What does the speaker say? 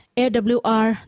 awr